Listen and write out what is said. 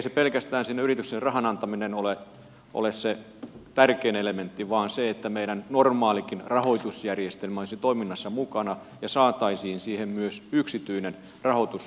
ehkä pelkästään rahan antaminen yritykseen ei ole se tärkein elementti vaan se että meidän normaalikin rahoitusjärjestelmä olisi toiminnassa mukana ja saataisiin siihen myös yksityinen rahoitus julkisen rahoituksen rinnalle